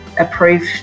approved